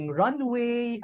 runway